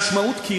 המשמעות, למה?